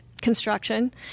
construction